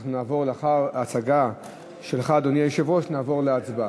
לאחר ההצגה שלך, אדוני היושב-ראש, נעבור להצבעה.